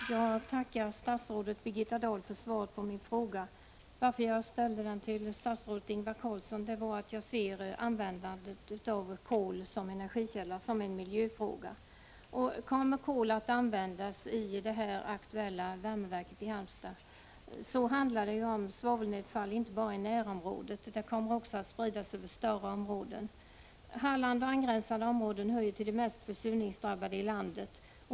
Fru talman! Jag tackar statsrådet Birgitta Dahl för svaret på min fråga. Anledningen till att jag ställde den till statsrådet Ingvar Carlsson var att jag anser användningen av kol som energikälla vara en miljöfråga. Kommer kol att användas i det här aktuella värmeverket i Halmstad handlar det om svavelnedfall inte bara i närområdet utan det kommer också att spridas över större områden. Halland och angränsande områden hör till de mest försurningsdrabbade i landet.